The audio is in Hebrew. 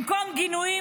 במקום גינויים,